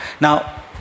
Now